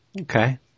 Okay